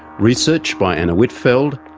research by anna whitfeld.